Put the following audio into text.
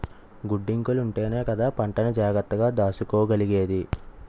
గిడ్డంగులుంటేనే కదా పంటని జాగ్రత్తగా దాసుకోగలిగేది?